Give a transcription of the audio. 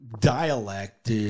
dialect